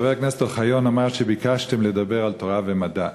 חבר הכנסת אוחיון אמר שביקשתם לדבר על תורה ומדע,